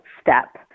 step